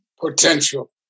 potential